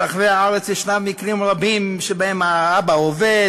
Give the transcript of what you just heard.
ברחבי הארץ יש מקרים רבים שבהם האבא עובד,